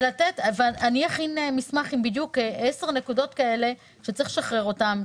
אני אכין מסמך עם עשר נקודות כאלה שצריך לשחרר אותן.